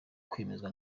kwemezwa